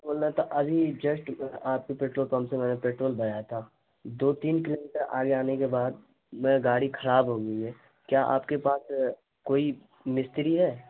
بول رہا تھا ابھی جسٹ آپ کے پیٹرول پمپ سے میں نے پیٹرول بھرایا تھا دو تین کلو میٹر آگے آنے کے بعد میرا گاڑی خراب ہوگئی ہے کیا آپ کے پاس کوئی مستری ہے